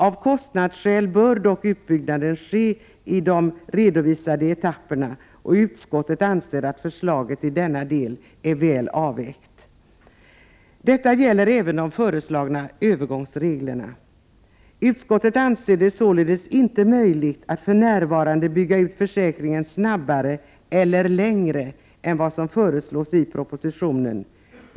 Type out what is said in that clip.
Av kostnadsskäl bör dock utbyggnaden ske i de redovisade etapperna, och utskottet anser att förslaget i denna del är väl avvägt. Detsamma gäller de föreslagna övergångsreglerna. Utskottet anser det således inte möjligt att för närvarande bygga ut försäkringen snabbare eller längre än vad som föreslås i propositionen.